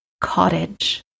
cottage